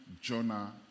Jonah